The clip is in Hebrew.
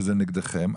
שזה נגדכם,